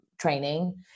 Training